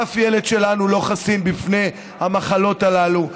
אף ילד שלנו לא חסין בפני המחלות הללו.